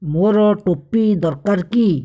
ମୋର ଟୋପି ଦରକାର କି